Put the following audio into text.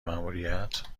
ماموریت